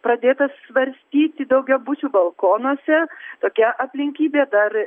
pradėtas svarstyti daugiabučių balkonuose tokia aplinkybė dar